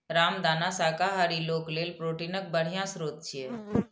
रामदाना शाकाहारी लोक लेल प्रोटीनक बढ़िया स्रोत छियै